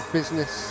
business